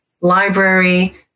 library